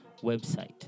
website